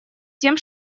тем